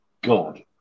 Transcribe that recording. God